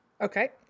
Okay